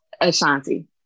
Ashanti